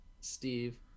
Steve